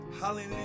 hallelujah